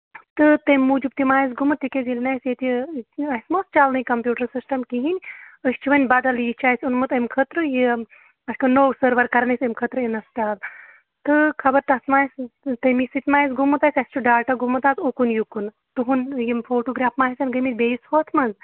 تہٕ تمہِ موٗجوٗب تہِ ما آسہِ گوٚمُت تِکیازِ ییٚلہِ نہٕ اَسہِ ییٚتہِ اَسہِ ما اوس چلنٕے کَمپیوٗٹَر سِسٹَم کِہیٖنۍ أسۍ چھِ وۄنۍ بَدَل یہِ چھُ اَسہِ اوٚنمُت اَمہِ خٲطرٕ یہِ اَسہِ کوٚر نوٚو سٔروَر کَران أسۍ اَمہِ خٲطرٕ اِنَسٹال تہٕ خبر تَتھ ما آسہِ تمے سۭتۍ ما آسہِ گوٚمُت اَسہِ اَسہِ چھُ ڈاٹا گوٚمُت اَتھ اُکُن یُکُن تُہُنٛد یِم فوٹوگراف ما آسن گٔمٕتۍ بیٚیِس ہوٚتھ منٛز